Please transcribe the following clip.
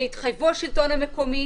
שיתחייבו השלטון המקומי,